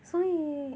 所以